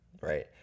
right